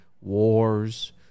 wars